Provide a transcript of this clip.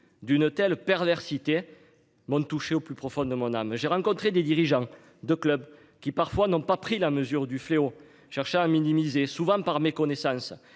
d'une telle perversité. Touché au plus profond de mon âme. J'ai rencontré des dirigeants de clubs qui parfois n'ont pas pris la mesure du fléau cherchant à minimiser, souvent par méconnaissance